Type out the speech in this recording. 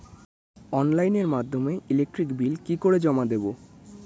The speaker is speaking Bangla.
অনলাইনের মাধ্যমে ইলেকট্রিক বিল কি করে জমা দেবো?